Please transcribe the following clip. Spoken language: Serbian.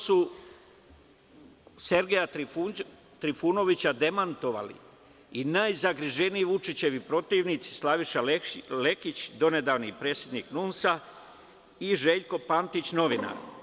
Sergeja Trifunovića su demantovali i najzagriženiji Vučićevi protivnici, Slaviša Lekić, donedavni predsednik NUNS-a i Željko Pantić, novinar.